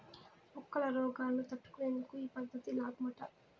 మొక్కల రోగాలను తట్టుకునేందుకు ఈ పద్ధతి లాబ్మట